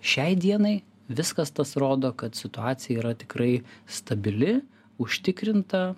šiai dienai viskas tas rodo kad situacija yra tikrai stabili užtikrinta